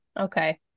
Okay